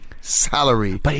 salary